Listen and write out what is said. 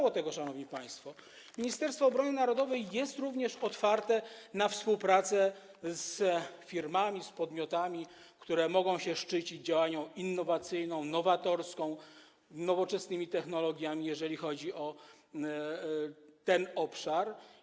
Ponadto, szanowni państwo, Ministerstwo Obrony Narodowej jest również otwarte na współpracę z firmami, z podmiotami, które mogą się szczycić działalnością innowacyjną, nowatorską, nowoczesnymi technologiami, jeżeli chodzi o ten obszar.